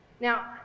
Now